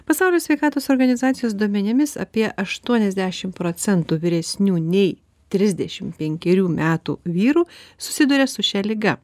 pasaulio sveikatos organizacijos duomenimis apie aštuoniasdešim procentų vyresnių nei trisdešim penkerių metų vyrų susiduria su šia liga